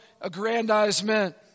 aggrandizement